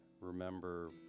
remember